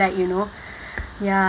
like you know ya